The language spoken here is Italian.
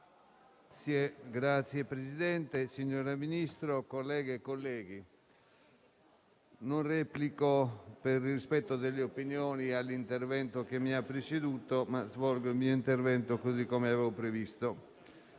Signor Presidente, signora Ministro, colleghe e colleghi, non replico - per rispetto delle opinioni - all'intervento che mi ha preceduto, ma svolgo il mio intervento così come avevo previsto.